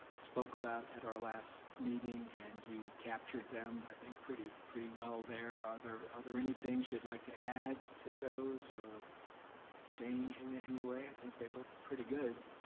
spoke about at our last meeting and you captured them, i think pretty pretty well there. are there are there any things you'd like to add to those or change in any way? i think they look pretty good.